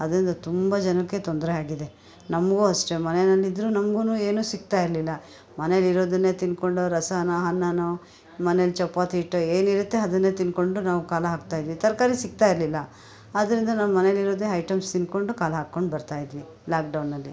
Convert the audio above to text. ಅದ್ರಿಂದ ತುಂಬ ಜನಕ್ಕೆ ತೊಂದರೆ ಆಗಿದೆ ನಮ್ಗು ಅಷ್ಟೆ ಮನೆಯಲ್ಲಿದ್ರು ನಮಗೂ ಏನು ಸಿಗ್ತಾ ಇರ್ಲಿಲ್ಲ ಮನೆಯಲ್ಲಿ ಇರೋದನ್ನೇ ತಿಂದ್ಕೊಂಡು ರಸಾವೋ ಅನ್ನವೋ ಮನೆಯಲ್ಲಿ ಚಪಾತಿ ಹಿಟ್ಟು ಏನಿರುತ್ತೆ ಅದನ್ನೆ ತಿಂದ್ಕೊಂಡು ನಾವು ಕಾಲ ಹಾಗ್ತಾ ಇದ್ದಿದ್ದು ತರಕಾರಿ ಸಿಗ್ತಾ ಇರ್ಲಿಲ್ಲ ಆದ್ರಿಂದ ನಾವು ಮನೆಯಲ್ಲಿರೋದೆ ಐಟಮ್ಸ್ ತಿಂದ್ಕೊಂಡು ಕಾಲ ಹಾಕ್ಕೊಂಡು ಬರ್ತಾಯಿದ್ವಿ ಲಾಕ್ಡೌನಲ್ಲಿ